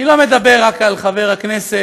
אני לא מדבר רק על חבר הכנסת,